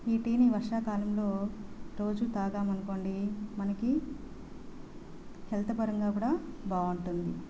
ఈ టీని వర్షాకాలంలో రోజూ తాగామనుకోండి మనకి హెల్త్ పరంగా కూడా బాగుంటుంది